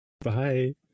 Bye